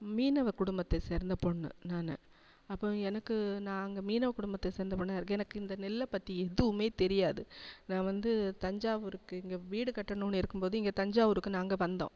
மீனவ குடும்பத்தை சேர்ந்த பொண்ணு நான் அப்புறம் எனக்கு நாங்கள் மீனவ குடும்பத்தை சேர்ந்த பொண்ணாக இருக்கு எனக்கு இந்த நெல்லை பற்றி எதுவுமே தெரியாது நான் வந்து தஞ்சாவூருக்கு இங்கே வீடு கட்டணும்ன்னு இருக்கும்போது இங்கே தஞ்சாவூருக்கு நாங்கள் வந்தோம்